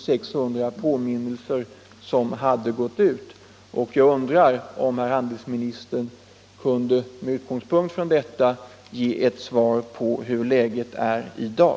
600 påminnelser som hade gått ut och jag undrar om handelsministern kunde med utgångspunkt från detta ge ett svar på hur balansläget är i dag.